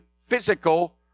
physical